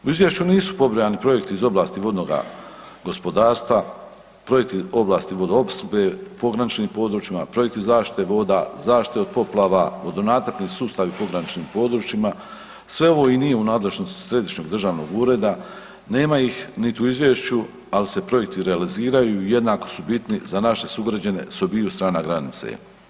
U izvješću nisu pobrojani projekti iz oblasti vodnoga gospodarstva, projekti oblasti vodoopskrbe, pograničnim područjima, projekti zaštite voda, zaštite od poplava, vodonacrtni sustavi u pograničnim područjima, sve ovo i nije u nadležnosti Središnjeg državnog ureda, nema ih niti u izvješću, ali se projekti realiziraju i jednako su bitni za naše sugrađane s obiju strana granice.